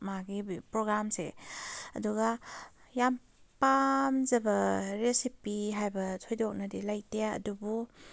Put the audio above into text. ꯃꯥꯒꯤ ꯄ꯭ꯔꯣꯒꯥꯝꯁꯦ ꯑꯗꯨꯒ ꯌꯥꯝ ꯄꯥꯝꯖꯕ ꯔꯦꯁꯤꯄꯤ ꯍꯥꯏꯕ ꯊꯣꯏꯗꯣꯛꯅꯗꯤ ꯂꯩꯇꯦ ꯑꯗꯨꯕꯨ